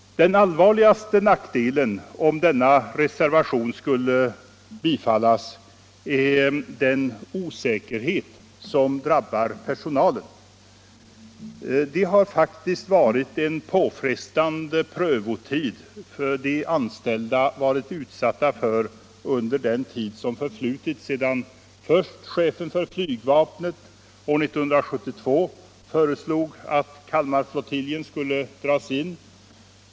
Den allvarligaste nackdelen, om denna reservation skulle bifallas, är den osäkerhet som drabbar personalen. Det har faktiskt varit en påfrestande prövotid, som de anställda varit utsatta för under den tid som förflutit sedan först chefen för flygvapnet år 1972 föreslog att Kalmarflottiljen skulle dras in.